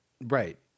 Right